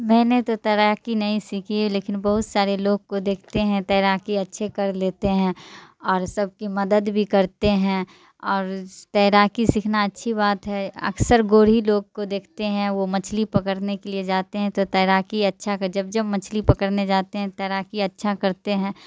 میں نے تو تیراکی نہیں سیکھی ہے لیکن بہت سارے لوگ کو دیکھتے ہیں تیراکی اچھے کر لیتے ہیں اور سب کی مدد بھی کرتے ہیں اور تیراکی سیکھنا اچھی بات ہے اکثر گورھی لوگ کو دیکھتے ہیں وہ مچھلی پکڑنے کے لیے جاتے ہیں تو تیراکی اچھا کر جب جب مچھلی پکڑنے جاتے ہیں تیراکی اچھا کرتے ہیں